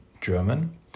German